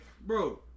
Bro